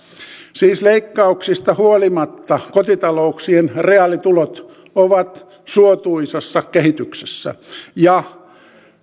siis leikkauksista huolimatta kotitalouksien reaalitulot ovat suotuisassa kehityksessä ja